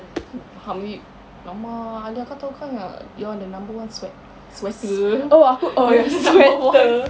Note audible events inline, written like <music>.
how may !alamak! aliah kau tahu kan yang you're the number one sweat sweater <laughs> you're the number one